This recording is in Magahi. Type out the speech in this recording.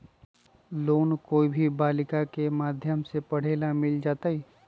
लोन कोई भी बालिका के माध्यम से पढे ला मिल जायत?